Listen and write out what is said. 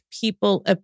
people